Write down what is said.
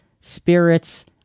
spirits